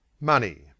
money